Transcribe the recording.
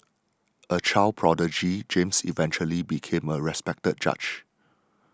a child prodigy James eventually became a respected judge